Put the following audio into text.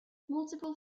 multiple